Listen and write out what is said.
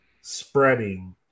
spreading